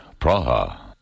Praha